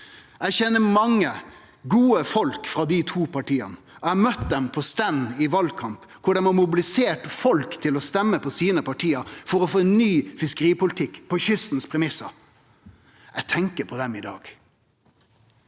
Eg kjenner mange gode folk frå dei to partia. Eg har møtt dei på stand i valkamp, der dei har mobilisert folk til å stemme på sine parti for å få ein ny fiskeripolitikk på kystens premissar. Eg tenker på dei i dag.